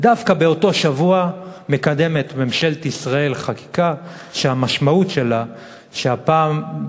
דווקא באותו שבוע מקדמת ממשלת ישראל חקיקה שהמשמעות שלה שביום